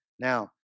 Now